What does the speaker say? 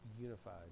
unified